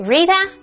Rita